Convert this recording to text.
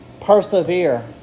Persevere